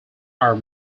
are